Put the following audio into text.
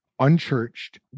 Unchurched